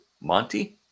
Monty